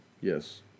Yes